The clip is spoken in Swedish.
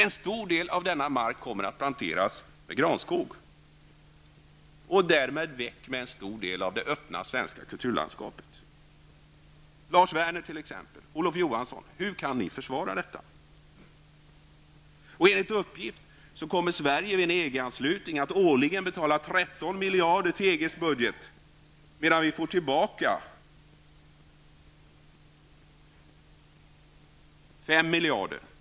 En stor del av denna mark kommer att planteras med granskog, och därmed försvinner en stor del av det öppna svenska kulturlandskapet. Hur kan t.ex. Lars Werner och Olof Johansson försvara detta? Enligt uppgift kommer Sverige vid en EG anslutning att årligen betala 13 miljarder till EGs budget medan vi får tillbaka 5 miljarder.